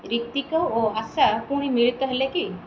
ରିତ୍ଵିକ ଓ ଆଶା ପୁଣି ମିଳିତ ହେଲେ କି